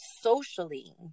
socially